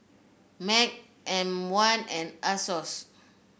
MAG M one and Asos